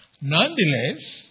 Nonetheless